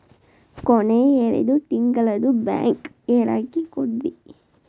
ಕೊನೆ ಎರಡು ತಿಂಗಳದು ಬ್ಯಾಂಕ್ ಹೇಳಕಿ ಕೊಡ್ರಿ